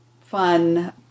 fun